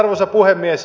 arvoisa puhemies